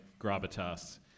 gravitas